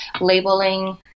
labeling